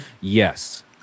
Yes